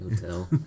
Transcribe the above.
hotel